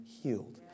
healed